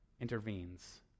intervenes